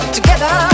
Together